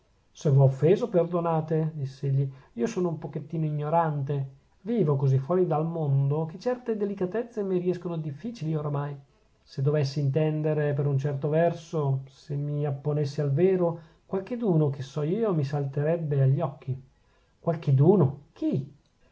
v'ho offeso perdonate diss'egli io sono un pochettino ignorante vivo così fuori del mondo che certe delicatezze mi riescono difficili oramai se dovessi intendere per un certo verso se mi apponessi al vero qualcheduno che so io mi salterebbe agli occhi qualcheduno chi